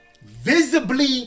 visibly